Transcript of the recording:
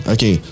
Okay